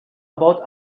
about